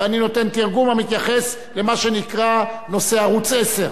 ואני נותן תרגום: המתייחס למה שנקרא נושא ערוץ-10,